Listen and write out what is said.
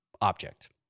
object